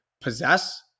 possess